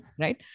right